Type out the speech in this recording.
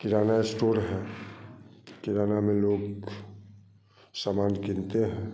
किराना store है किराने में लोग सामान गिनते हैं